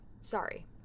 Sorry